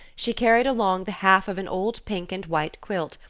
she carried along the half of an old pink and white quilt,